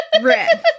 Red